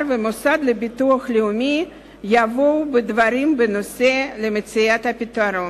והמוסד לביטוח לאומי יבואו בדברים בנושא למציאת הפתרון.